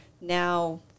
now